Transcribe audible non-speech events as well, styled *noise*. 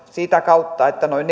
sitä kautta että noin *unintelligible*